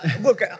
look